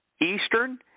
Eastern